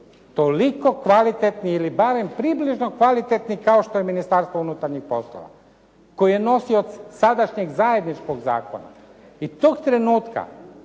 toliko kvalitetni ili barem približno kvalitetni kao što je Ministarstvo unutarnjih poslova koji je nosilac sadašnjeg zajedničkog zakona. I tog trenutka